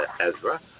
Ezra